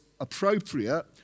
appropriate